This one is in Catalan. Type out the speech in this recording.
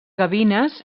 gavines